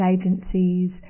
agencies